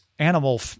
animal